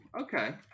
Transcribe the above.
okay